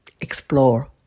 Explore